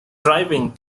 driving